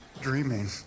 dreaming